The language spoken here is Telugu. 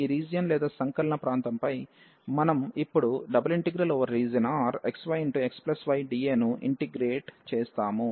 ఈ రీజియన్ లేదా సంకలన ప్రాంతం పై మనము ఇప్పుడు ∬RxyxydAనుఇంటిగ్రేట్ చేస్తాము